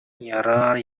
ярар